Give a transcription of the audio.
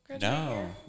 No